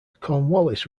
cornwallis